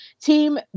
Team